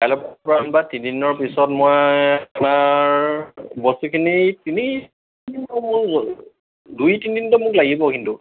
কাইলেৰ পৰা তিনিদিনৰ পিছত মই আপোনাৰ বস্তুখিনি মোৰ দুই তিনিদিনটো মোক লাগিব কিন্তু